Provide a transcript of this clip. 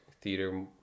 theater